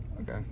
Okay